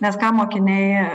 nes ką mokiniai